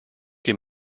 him